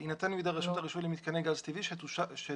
"יינתן בידי רשות הרישוי למיתקני גז טבעי שתורכב